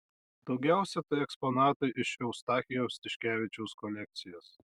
daugiausiai tai eksponatai iš eustachijaus tiškevičiaus kolekcijos